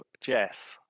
Jess